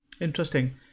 Interesting